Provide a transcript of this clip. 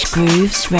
Grooves